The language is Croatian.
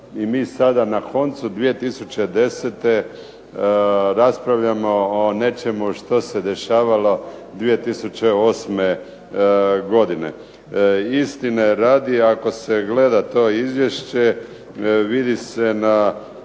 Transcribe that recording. i mi sada na koncu 2010. raspravljamo o nečemu što se dešavalo 2008. godine. Istine radi ako se gleda to izvješće vidi se na